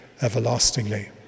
everlastingly